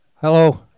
Hello